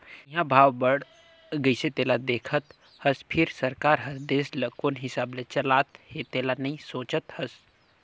इंहा भाव बड़ गइसे तेला देखत हस फिर सरकार हर देश ल कोन हिसाब ले चलात हे तेला नइ सोचत हस